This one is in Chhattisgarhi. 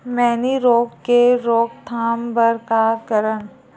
मैनी रोग के रोक थाम बर का करन?